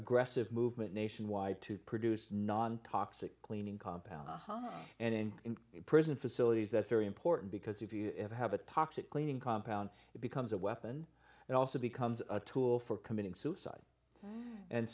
ggressive movement nationwide to produce non toxic cleaning compound and in prison facilities that very important because if you have a toxic cleaning compound it becomes a weapon and also becomes a tool for committing suicide and